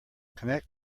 connect